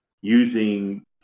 using